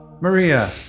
Maria